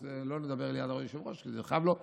אני לא אדבר ליד היושב-ראש כי זה יכאב לו.